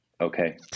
Okay